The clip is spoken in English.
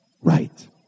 right